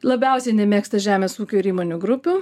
labiausiai nemėgsta žemės ūkio ir įmonių grupių